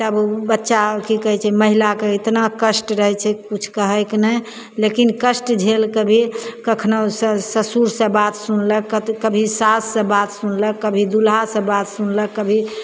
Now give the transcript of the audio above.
तब ओ बच्चा की कहैत छै महिलाके इतना कष्ट रहैत छै किछु कहैके नहि लेकिन कष्ट झेलके भी कखनो ससुरसे बात सुनलक कभी साससे बात सुनलक कभी दुल्हासे बात सुनलक कभी